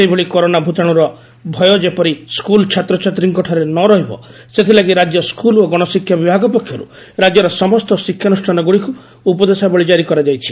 ସେହିଭଳି କରୋନା ଭ୍ତାଶ୍ରର ଭୟ ଯେପରି ସ୍କଲ ଛାତ୍ରଛାତ୍ରୀଙ୍କ ଠାରେ ନ ରହିବ ସେଥିଲାଗି ରାଜ୍ୟ ସ୍କଲ ଓ ଗଣଶିକ୍ଷା ବିଭାଗ ପକ୍ଷରୁ ରାଜ୍ୟର ସମସ୍ତ ଶିକ୍ଷାନୁଷ୍ଠାନଗୁଡିକୁ ଉପଦେଶାବଳୀ କାରି କରାଯାଇଛି